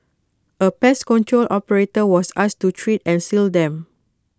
A pest control operator was asked to treat and seal them